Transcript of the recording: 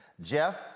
Jeff